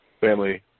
family